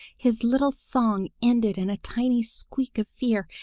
his little song ended in a tiny squeak of fear,